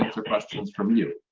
answer questions from you.